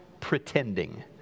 pretending